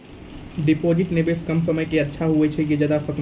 Deposit निवेश कम समय के के अच्छा होय छै ज्यादा समय के?